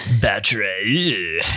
Battery